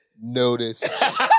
notice